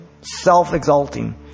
self-exalting